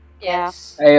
Yes